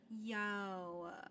Yo